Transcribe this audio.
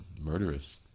murderous